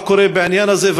מה קורה בעניין הזה?